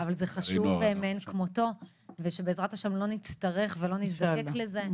אבל זה חשוב מאין כמותו ושבעזרת ה' לא נצטרך ולא נזדקק לזה,